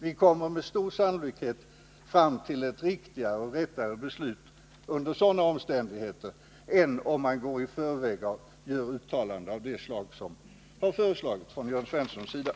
Vi kommer med stor sannolikhet fram till ett riktigare beslut under sådana omständigheter än om vi går i förväg och gör uttalanden av det slag som förordats av Jörn Svensson.